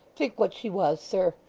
think what she was, sir.